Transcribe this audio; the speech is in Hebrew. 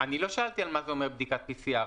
אני לא שאלתי מה אומר בדיקת PCR,